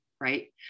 right